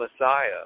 Messiah